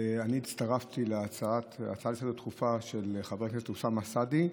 אני הצטרפתי להצעה הדחופה לסדר-יום של חבר הכנסת אוסמה סעדי,